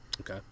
okay